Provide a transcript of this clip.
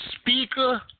Speaker